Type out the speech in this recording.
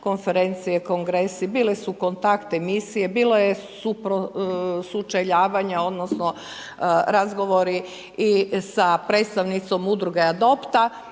konferencije, kongresi, bile su kontakt emisije, bilo je sučeljavanja odnosno razgovori i sa predstavnicom udruge Adopta,